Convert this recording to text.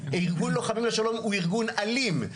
ארגון לוחמים לשלום הוא ארגון אלים.